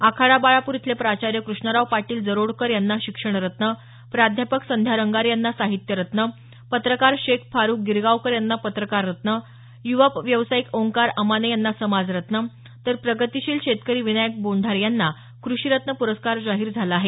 आखाडा बाळापूर इथले प्राचार्य कृष्णराव पाटील जरोडकर यांना शिक्षणरत्न प्राध्यापक संध्या रंगारी यांना साहित्यरत्न पत्रकार शेख फारुख गिरगावकर यांना पत्रकाररत्न युवा व्यावसायिक ओंकार अमाने यांना समाजरत्न तर प्रगतीशील शेतकरी विनायक बोंढारे यांना कृषीरत्न पुरस्कार जाहीर झाला आहेत